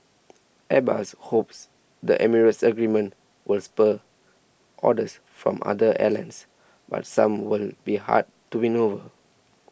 Airbus hopes the Emirates agreement will spur orders from other airlines but some will be hard to win over